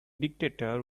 dictator